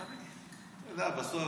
אתה יודע, בסוף,